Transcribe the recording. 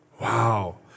Wow